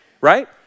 right